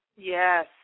Yes